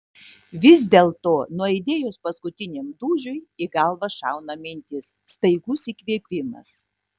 vis dėlto nuaidėjus paskutiniam dūžiui į galvą šauna mintis staigus įkvėpimas